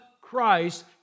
Christ